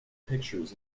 pictures